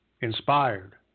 inspired